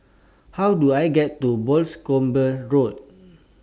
How Do I get to Boscombe Road